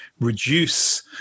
reduce